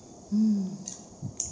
hmm